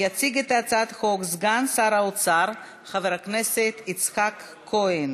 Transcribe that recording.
יציג את הצעת החוק סגן שר האוצר חבר הכנסת יצחק כהן.